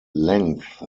length